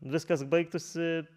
viskas baigtųsi